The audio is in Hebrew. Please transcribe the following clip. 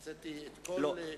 הוצאתי כל מיני